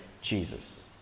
Jesus